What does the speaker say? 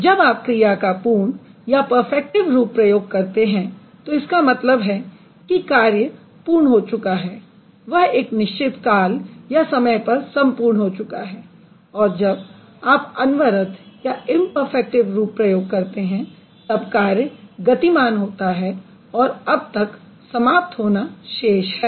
जब आप क्रिया का पूर्ण या पर्फ़ैक्टिव रूप प्रयोग करते हैं तो इसका मतलब है कि कार्य पूर्ण हो चुका है वह एक निश्चित काल या समय पर सम्पूर्ण हो चुका है और जब आप अनवरत या इंपर्फ़ैक्टिव रूप प्रयोग करते हैं तब कार्य गतिमान होता है और अब तक समाप्त होना शेष है